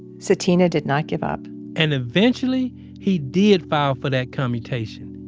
sutina did not give up and eventually he did file for that commutation.